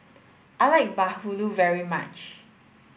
I like Bahulu very much